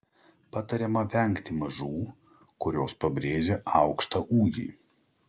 patariama vengti mažų kurios pabrėžia aukštą ūgį